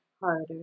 harder